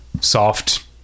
soft